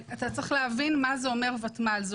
אתה צריך להבין מה זה אומר ותמ"ל זה